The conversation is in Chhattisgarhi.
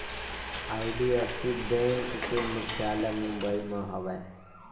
आई.डी.एफ.सी बेंक के मुख्यालय मुबई म हवय